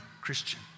Christian